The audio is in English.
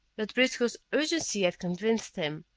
but briscoe's urgency had convinced him.